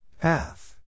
Path